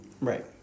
Right